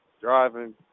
driving